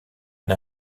une